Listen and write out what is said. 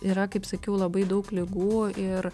yra kaip sakiau labai daug ligų ir